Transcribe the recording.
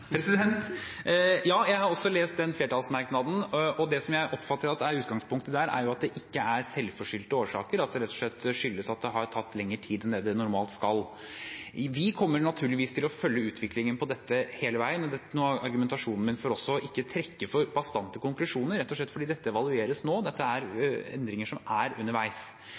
Ja, jeg har også lest den flertallsmerknaden, og det jeg oppfatter er utgangspunktet der, er at det ikke er selvforskyldte årsaker, at det rett og slett skyldes at det har tatt lengre tid enn det det normalt skal. Vi kommer naturligvis til å følge utviklingen på dette hele veien. Det var noe av grunnlaget for argumentasjonen min også, å ikke å trekke for bastante konklusjoner, rett og slett fordi dette evalueres nå, dette er endringer som er underveis.